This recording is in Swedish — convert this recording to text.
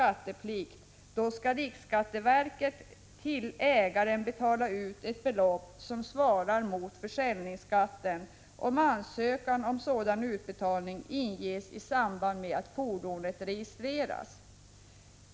ansökan om en sådan utbetalning inges i samband med att fordonet registreras.